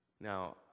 Now